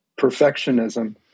perfectionism